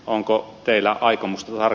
onko teillä aikomus war